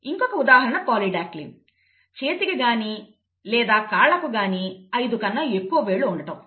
ఇంకొక ఉదాహరణ పాలిడాక్టిలీ చేతికి గానీ లేదా కాళ్లకు గాని 5 కన్నా ఎక్కువ వేళ్ళు ఉండటం